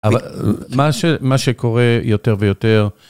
אבל, מה שקורה יותר ויותר...